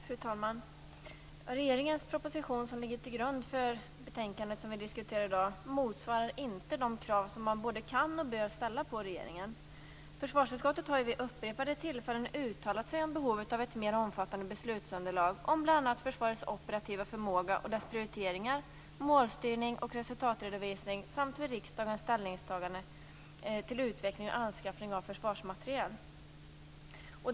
Fru talman! Regeringens proposition, som ligger till grund för betänkandet vi diskuterar i dag, motsvarar inte de krav man både kan och bör ställa på regeringen. Försvarsutskottet har vid upprepade tillfällen uttalat sig om behovet av ett mera omfattande beslutsunderlag om bl.a. försvarets operativa förmåga och dess prioriteringar, målstyrning och resultatredovisning samt för riksdagens ställningstagande till utveckling och anskaffning av försvarsmateriel.